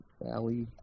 Valley